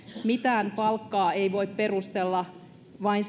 mitään palkkaa ei voi perustella vain